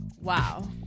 Wow